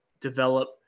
develop